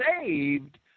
saved